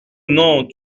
non